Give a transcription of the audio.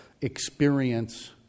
experience